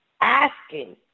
asking